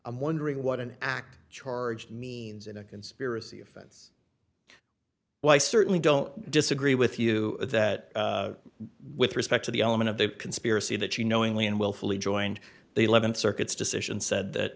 i'm wondering what an act charge means in a conspiracy offense well i certainly don't disagree with you that with respect to the element of the conspiracy that you knowingly and willfully joined the th circuits decision said that